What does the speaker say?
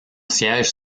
siège